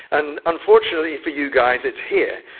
and unfortunately for you guys it's here.